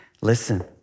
listen